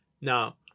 Now